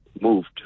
moved